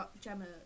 Gemma